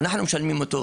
אנחנו משלמים אותו,